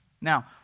Now